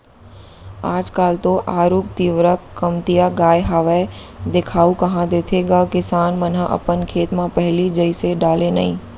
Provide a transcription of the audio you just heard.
आज काल तो आरूग तिंवरा कमतिया गय हावय देखाउ कहॉं देथे गा किसान मन ह अपन खेत म पहिली जइसे डाले नइ